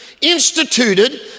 instituted